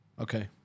Okay